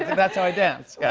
that's how i dance. yeah